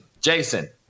Jason